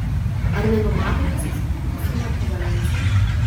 ar nenumatote susitikti su lechu valensa